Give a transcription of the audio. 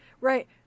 right